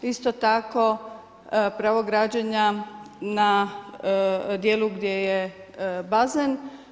Isto tako pravo građenja na dijelu gdje je bazen.